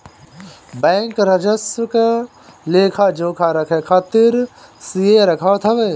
bank राजस्व क लेखा जोखा रखे खातिर सीए रखत हवे